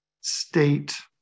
state